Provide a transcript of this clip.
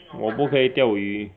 我不可以钓鱼